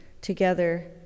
together